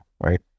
Right